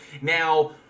now